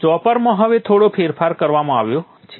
ચોપરમાં હવે થોડો ફેરફાર કરવામાં આવ્યો છે